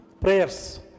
prayers